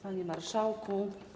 Panie Marszałku!